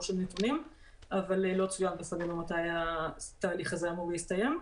של נתונים אבל לא צוין בנינו מתי התהליך הזה אמור להסתיים.